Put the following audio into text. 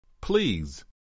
Please